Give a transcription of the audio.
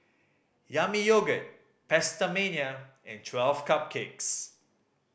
Yami Yogurt PastaMania and Twelve Cupcakes